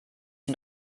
sie